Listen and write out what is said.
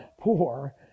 poor